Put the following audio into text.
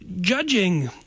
judging